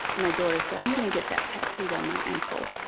my daughter said, i'm gonna get that tattooed on my ankle.